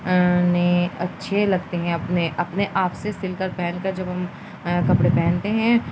نے اچھے لگتے ہیں اپنے اپنے آپ سے سل کر پہن کر جب ہم کپڑے پہنتے ہیں